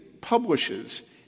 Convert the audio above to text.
publishes